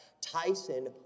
Tyson